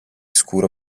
scuro